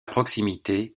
proximité